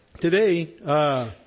today